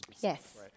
Yes